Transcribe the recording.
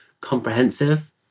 comprehensive